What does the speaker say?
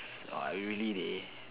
orh I really leh